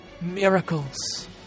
miracles